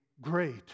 great